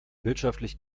wirtschaftlich